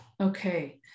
Okay